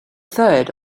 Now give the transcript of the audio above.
third